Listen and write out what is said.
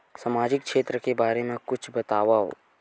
सामजिक क्षेत्र के बारे मा कुछु बतावव?